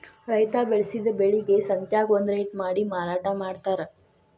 ರೈತಾ ಬೆಳಸಿದ ಬೆಳಿಗೆ ಸಂತ್ಯಾಗ ಒಂದ ರೇಟ ಮಾಡಿ ಮಾರಾಟಾ ಮಡ್ತಾರ